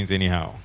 anyhow